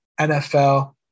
NFL